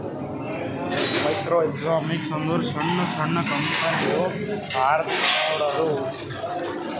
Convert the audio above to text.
micro economics ಅಂದುರ್ ಸಣ್ಣು ಸಣ್ಣು ಕಂಪನಿದು ಅರ್ಥಿಕ್ ನೋಡದ್ದು